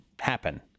happen